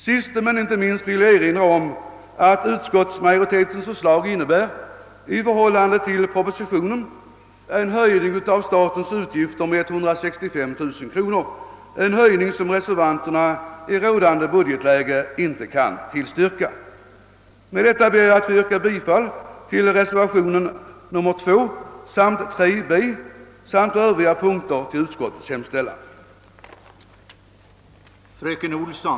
Sist men inte minst vill jag erinra om att utskottsmajoritetens förslag in nebär — i förhållande till propositionen — en höjning av statens utgifter med 165 000 kronor, en höjning som vi reservanter i rådande budgetläge inte kan tillstyrka. Med det anförda ber jag att få yrka bifall till reservationerna nr 2 och 3 b samt på övriga punkter till utskottsmajoritetens hemställan.